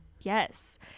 Yes